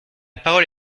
parole